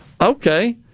okay